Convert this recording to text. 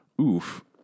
Oof